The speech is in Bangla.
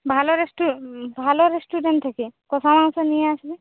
ভালো রেস্টু ভালো রেস্টুরেন্ট থেকে কষা মাংস নিয়ে আসবি